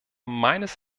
meines